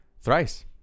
thrice